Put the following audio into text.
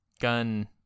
gun